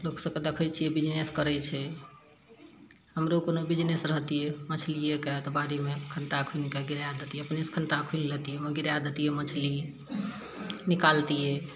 लोक सभके दखय छियै बिजनेस करय छै हमरो कोनो बिजनेस रहतियै मछलियेके तऽ बाड़ीमे खन्ता खुनि कऽ गिराय दितियै अपनेसँ खन्ता खुनि लैतियै ओइमे गिराय दितियै मछली निकालतियै